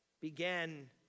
began